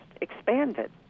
expanded